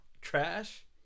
trash